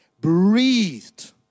Breathed